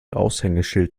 aushängeschild